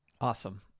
Awesome